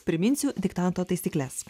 priminsiu diktanto taisykles